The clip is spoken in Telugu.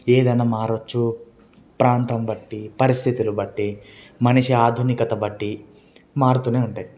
ఏదన్నా మారొచ్చు ప్రాంతం బట్టి పరిస్థితులు బట్టి మనిషి ఆధునికత బట్టి మారుతూనే ఉంటాయి